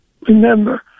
remember